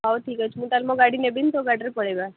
ହେଉ ଠିକ୍ ଅଛି ମୁଁ ତା'ହେଲେ ମୋ ଗାଡ଼ି ନେବିନି ତୋ ଗାଡ଼ିରେ ପଳାଇବା